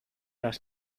las